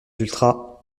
ultras